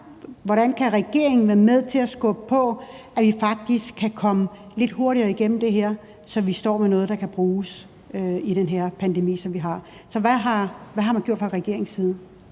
Hvordan kan regeringen være med til at skubbe på, så de faktisk kan komme lidt hurtigere igennem det, så vi står med noget, der kan bruges i den her pandemi, som vi har? Hvad har man gjort fra regeringens side?